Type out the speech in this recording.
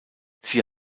sie